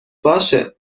باشه